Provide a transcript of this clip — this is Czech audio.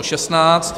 16.